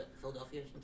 Philadelphia